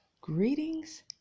Greetings